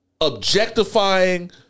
objectifying